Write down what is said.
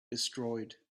destroyed